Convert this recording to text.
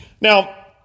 Now